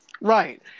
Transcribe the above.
Right